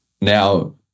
Now